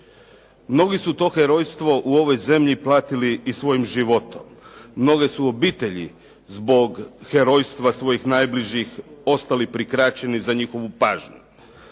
Mnogi su to herojstvo u ovoj zemlji platili i svojim životom. Mnoge su obitelji zbog herojstva svojih najbližih ostali prikraćeni za njihovu pažnju.